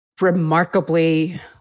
Remarkably